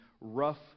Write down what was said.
rough